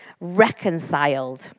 reconciled